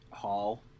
Hall